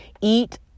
eat